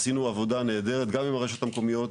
עשינו עבודה נהדרת גם עם הרשויות המקומיות,